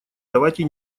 давайте